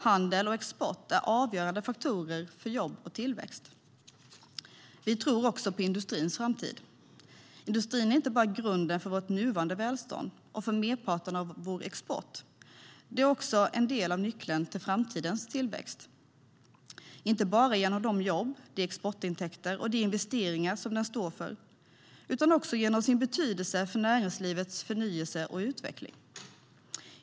Handel och export är avgörande faktorer för jobb och tillväxt. Vi tror på industrins framtid. Industrin är inte bara grunden för vårt nuvarande välstånd och för merparten av vår export. Den är också en av nycklarna till framtidens tillväxt, inte bara genom de jobb, exportintäkter och investeringar som den står för utan också genom sin betydelse för näringslivets förnyelse och utveckling.